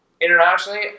internationally